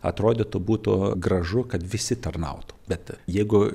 atrodytų būtų gražu kad visi tarnautų bet jeigu